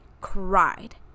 cried